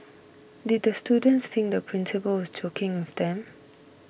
did the students think the principal was joking with them